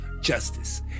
justice